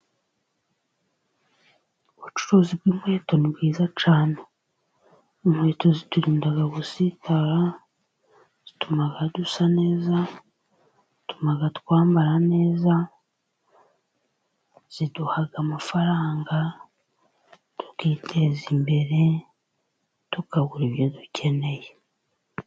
Ubucuruzi bw'inkweto ni bwiza cyane, inkweto ziturinda gusitara, zitumaga dusa neza, zituma twambara neza, ziduha amafaranga tukiteza imbere tukagura ibyo dukeneye.